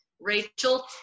Rachel